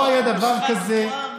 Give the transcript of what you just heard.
לא היה דבר כזה,